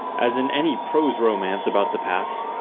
as in any prose romance about the past,